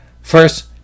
First